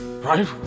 Right